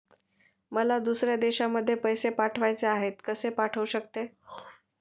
मला दुसऱ्या देशामध्ये पैसे पाठवायचे आहेत कसे पाठवू शकते?